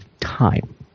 time